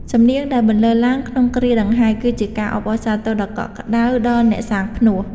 សំនៀងដែលបន្លឺឡើងក្នុងគ្រាដង្ហែ គឺជាការអបអរសាទរដ៏កក់ក្តៅដល់អ្នកសាងផ្នួស។